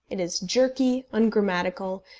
it is jerky, ungrammatical,